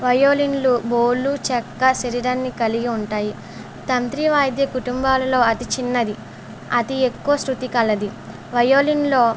వయోలిన్లు బోళ్ళు చెక్క శరీరాన్ని కలిగి ఉంటాయి తంత్రి వాయిద్య కుటుంబాలలో అతి చిన్నది అతి ఎక్కువ శృతి కలది వయోలిన్లో